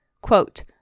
Quote